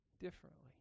differently